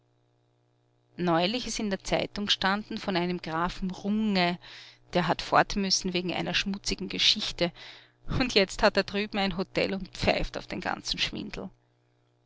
neulich ist in der zeitung gestanden von einem grafen runge der hat fortmüssen wegen einer schmutzigen geschichte und jetzt hat er drüben ein hotel und pfeift auf den ganzen schwindel